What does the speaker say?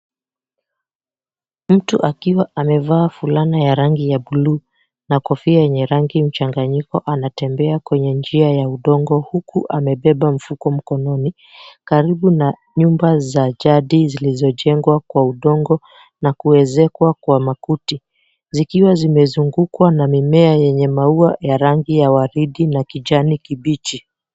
Mtu akiwa amevaa fulana ya rangi ya buluu na kofia yenye rangi mchanganyiko anatembea kwenye njia ya udongo huku amebeba mfuko mkononi karibu na nyumbaza jadi zilizojengwa kwa udongo na kuwezekwa kwa makuti. Zikiwa zimezungukwa na mimea yenya maua ya rangi ya waridi na kijani kibichi.